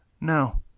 No